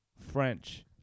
French